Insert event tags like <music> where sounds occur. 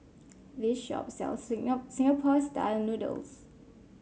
this shop sells <unintelligible> Singapore style noodles